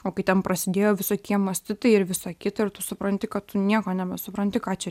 o kai ten prasidėjo visokie mastitai ir visa kita ir tu supranti kad tu nieko nesupranti ką čia